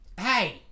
hey